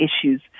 issues